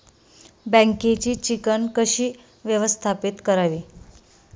बँकेची चिकण कशी व्यवस्थापित करावी?